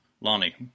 Lonnie